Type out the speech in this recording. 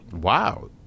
Wow